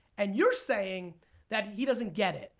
and you're saying that he doesn't get it,